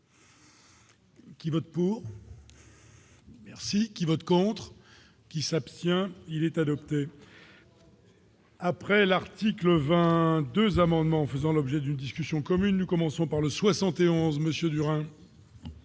Qui vote pour merci qui vote contre. Qui s'abstient, il est adopté. Après l'article 20 2 amendements faisant l'objet d'une discussion commune nous commençons par le 71 Monsieur Durand